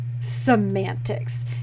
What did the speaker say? semantics